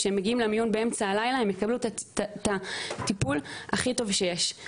כשהם מגיעים למיון באמצע הלילה הם יקבלו את הטיפול הכי טוב שיש.